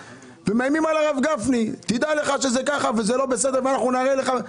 ומאיימים על הרב גפני ואומרים לו שזה לא בסדר ואנחנו נראה לך.